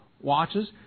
watches